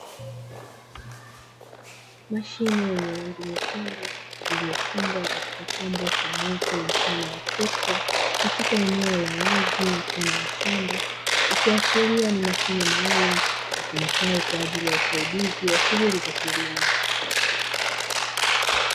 Mashine yenye rangi nyekundu iliyofungwa katika chombo cha moto mfano wa trekta katika eneo la wazi mfano wa shamba, ikiashiria ni mashine maalumu itumikayo kwa ajili ya usaidizi wa shughuli za kilimo.